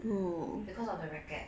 because of the racket